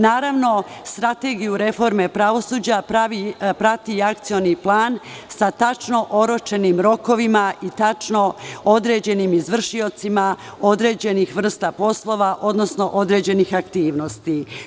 Naravno, Strategiju reforme pravosuđa prati Akcioni plan sa tačno oročenim rokovima i tačno određenim izvršiocima određenih vrsta poslova, odnosno određenih aktivnosti.